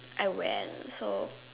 I went so